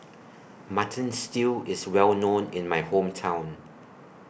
Mutton Stew IS Well known in My Hometown